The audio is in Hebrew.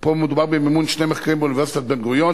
פה מדובר במימון שני מחקרים באוניברסיטת בן-גוריון,